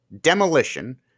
demolition